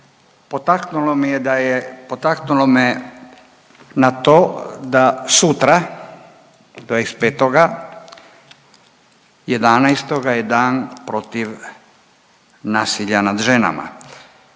potaknulo me je na to da sutra 25.11. je Dan protiv nasilja nad ženama